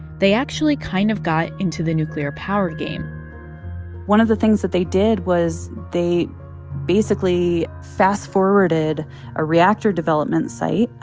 they actually kind of got into the nuclear power game one of the things that they did was they basically fast-forwarded a reactor development site,